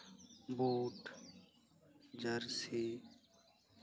boot jersey